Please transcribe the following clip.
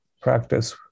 practice